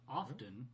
often